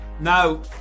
Now